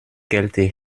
kälte